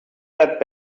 that